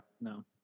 No